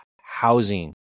housing